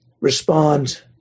respond